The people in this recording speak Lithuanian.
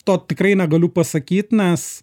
to tikrai negaliu pasakyt nes